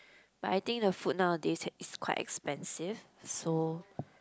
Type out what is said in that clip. but I think the food nowadays is is quite expensive so